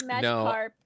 No